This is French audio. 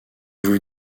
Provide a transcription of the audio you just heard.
vous